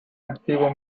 activo